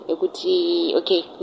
Okay